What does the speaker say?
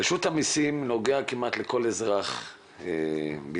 רשות המסים נוגעת כמעט לכל אזרח בישראל.